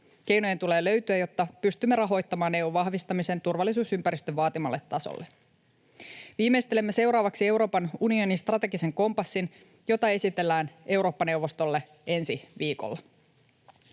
Keinojen tulee löytyä, jotta pystymme rahoittamaan EU:n vahvistamisen turvallisuusympäristön vaatimalle tasolle. Viimeistelemme seuraavaksi Euroopan unionin strategisen kompassin, jota esitellään Eurooppa-neuvostolle ensi viikolla.